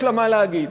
יש לה מה להגיד,